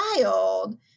child